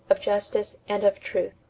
of justice, and of truth.